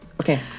Okay